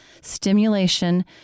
stimulation